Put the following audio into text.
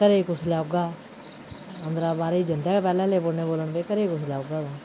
घरै ई कुसलै औगा अंदरा बाह्र जंदे गै पैहलें लेई लग्गी पौने बोलना